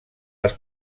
les